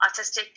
Autistic